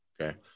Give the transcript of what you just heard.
okay